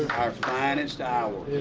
our finest hour.